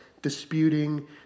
disputing